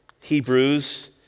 Hebrews